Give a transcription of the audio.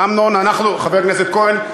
חבר הכנסת כהן,